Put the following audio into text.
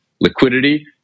liquidity